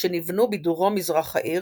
שנבנו בדרום־מזרח העיר,